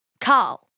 Carl